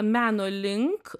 meno link